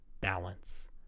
balance